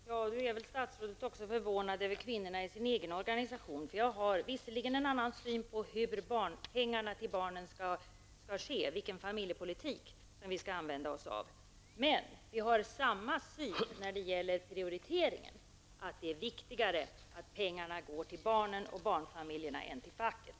Fru talman! Då är väl statsrådet även förvånad över kvinnorna i sin egen organisation. Jag har nämligen en annan syn än dessa kvinnor på hur pengarna till barnen skall ges, vilken familjepolitik som skall föras, men vi har samma syn när det gäller prioriteringen, nämligen att det är viktigare att pengarna går till barnen och barnfamiljerna än till facket.